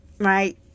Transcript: Right